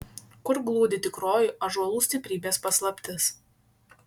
kur glūdi tikroji ąžuolų stiprybės paslaptis